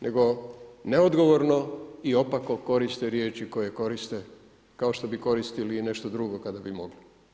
Nego neodgovorno i opako koriste riječi koje koriste, kao što bi koristili i nešto drugo kada bi mogli.